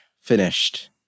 finished